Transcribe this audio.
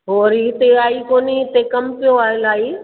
पोइ वरी हिते आई कोन्हे हिते कमु पियो आहे इलाही